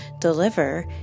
deliver